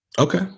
Okay